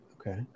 Okay